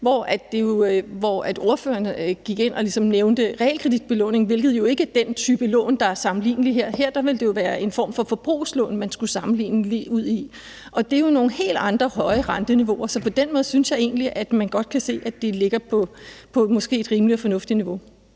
ind og ligesom nævnte realkreditbelåning, hvilket jo ikke er den type lån, der er sammenlignelige her. Her ville det være en form for forbrugslån, man skulle sammenligne med, og det er jo nogle helt andre høje renteniveauer. Så på den måde synes jeg egentlig, at